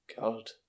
God